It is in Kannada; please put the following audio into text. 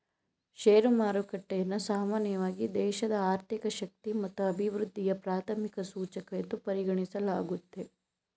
ಶೇರು ಮಾರುಕಟ್ಟೆಯನ್ನ ಸಾಮಾನ್ಯವಾಗಿ ದೇಶದ ಆರ್ಥಿಕ ಶಕ್ತಿ ಮತ್ತು ಅಭಿವೃದ್ಧಿಯ ಪ್ರಾಥಮಿಕ ಸೂಚಕ ಎಂದು ಪರಿಗಣಿಸಲಾಗುತ್ತೆ